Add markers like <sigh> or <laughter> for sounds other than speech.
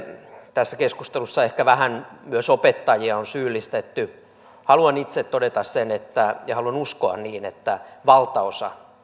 tässä keskustelussa ehkä vähän myös opettajia on syyllistetty haluan itse todeta sen ja haluan uskoa niin että valtaosa <unintelligible>